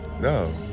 No